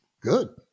good